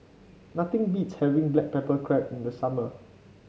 nothing beats having Black Pepper Crab in the summer